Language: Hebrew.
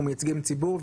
אנחנו מייצגים ציבור,